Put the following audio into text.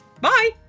Bye